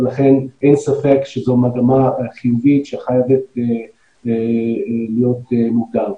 ולכן אין ספק שזו מגמה חיובית שחייבת להיות מוגדרת.